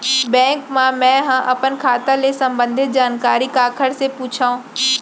Bank मा मैं ह अपन खाता ले संबंधित जानकारी काखर से पूछव?